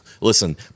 Listen